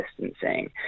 distancing